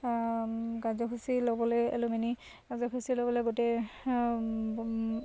কাৰ্যসূচী ল'বলৈ এলুমিনি কাৰ্যসূচী ল'বলৈ গোটেই